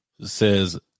says